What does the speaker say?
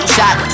Shot